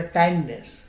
kindness